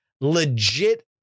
legit